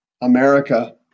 America